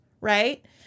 right